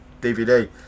DVD